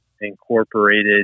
incorporated